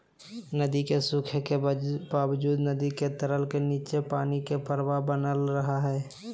नदी के सूखे के बावजूद नदी तल के नीचे पानी के प्रवाह बनल रहइ हइ